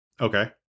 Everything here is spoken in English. Okay